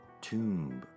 Tomb